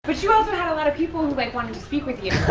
but you also had a lot of people who like wanted to speak with you.